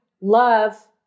love